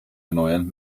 erneuern